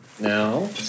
Now